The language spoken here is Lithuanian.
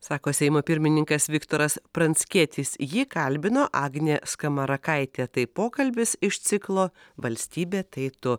sako seimo pirmininkas viktoras pranckietis jį kalbino agnė skamarakaitė tai pokalbis iš ciklo valstybė tai tu